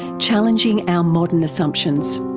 challenging our modern assumptions.